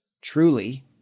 truly